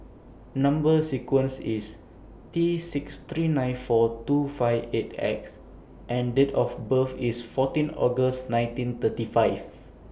Number sequence IS T six three nine four two five eight X and Date of birth IS fourteen August nineteen thirty five